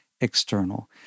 external